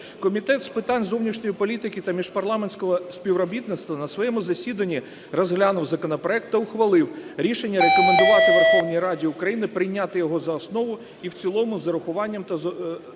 Комітет з питань зовнішньої політики та міжпарламентського співробітництва на своєму засіданні розглянув законопроект та ухвалив рішення рекомендувати Верховній Раді України прийняти його за основу і в цілому з урахуванням